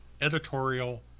editorial